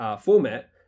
format